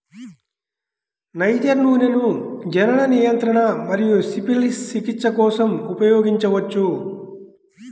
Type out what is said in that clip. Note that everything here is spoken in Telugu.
నైజర్ నూనెను జనన నియంత్రణ మరియు సిఫిలిస్ చికిత్స కోసం ఉపయోగించవచ్చు